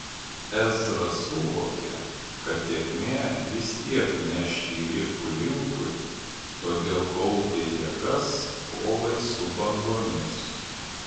ezra suvokė kad tėkmė vis tiek neš jį rifų linkui todėl kaupė jėgas kovai su bangomis